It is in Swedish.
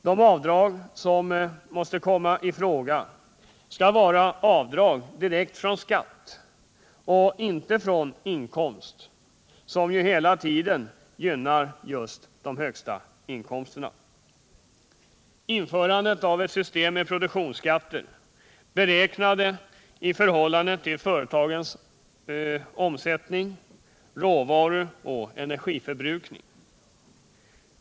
De avdrag som måste komma i fråga skall vara avdrag direkt från skatt och inte från inkomst, som hela tiden gynnar just de högsta inkomsterna. Vidare krävs införande av ett system med produktionsskatter beräknade i förhållande till företagens omsättning, råvaruoch energiförbrukning.